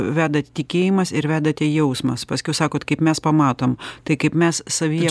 vedat tikėjimas ir vedate jausmas paskiau sakot kaip mes pamatom tai kaip mes savyje